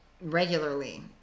Regularly